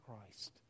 Christ